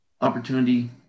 opportunity